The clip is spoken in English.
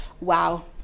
wow